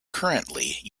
currently